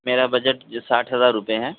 میرا بجٹ جی ساٹھ ہزار روپئے ہے